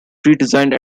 redesigned